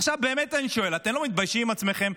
עכשיו באמת אני שואל: אתם לא מתביישים עם עצמכם?